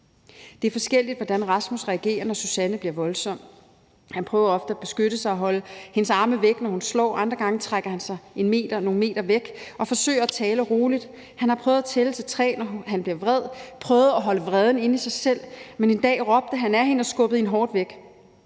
Det er forskelligt, hvordan Rasmus reagerer, når Susanne bliver voldsom. Han prøver ofte at beskytte sig og holde hendes arme væk, når hun slår. Andre gange trækker han sig nogle meter væk og forsøger at tale roligt. Han har prøvet at tælle til tre, når han bliver vred, prøvet at holde vreden inde i sig selv, men en dag råbte han ad hende og skubbede hende hårdt væk: